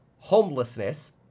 homelessness